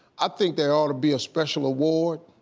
i think there outta be a special award,